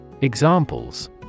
Examples